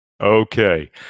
Okay